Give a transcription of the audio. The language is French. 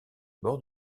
bords